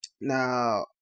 now